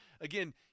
again